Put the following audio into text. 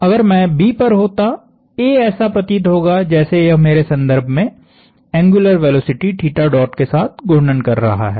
तो अगर मैं B पर होता A ऐसा प्रतीत होगा जैसे यह मेरे संदर्भ में एंग्युलर वेलोसिटी के साथ घूर्णन कर रहा है